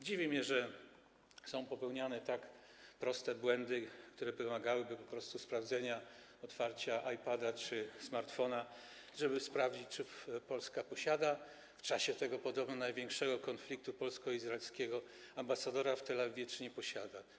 Dziwi mnie, że są popełniane tak proste błędy, które wymagałyby po prostu sprawdzenia - otwarcia iPada czy smartfona, żeby sprawdzić, czy Polska posiada w czasie tego podobno największego konfliktu polsko-izraelskiego ambasadora w Tel Awiwie, czy nie posiada.